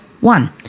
one